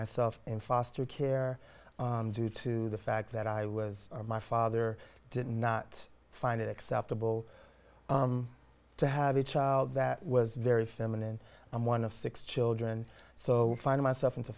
myself in foster care to the fact that i was my father did not find it acceptable to have a child that was very feminine and one of six children so i find myself into